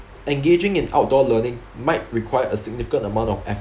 engaging in outdoor learning might require a significant amount of